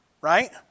Right